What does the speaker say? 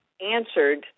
answered